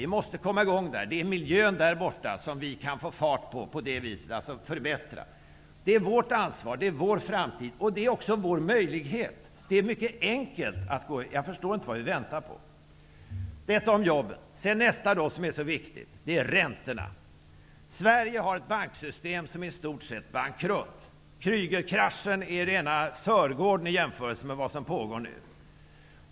Vi måste komma i gång där. På det sättet kan vi få fart på arbetet med att förbättra miljön där borta. Det är vårt ansvar. Det är vår framtid. Det är också vår möjlighet. Det är mycket enkelt. Jag förstår inte vad vi väntar på. Det som är så viktigt näst efter jobben är räntorna. Sverige har ett banksystem som i stort sett är bankrutt. Kreugerkraschen är rena Sörgården i jämförelse med vad som pågår nu.